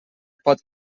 pot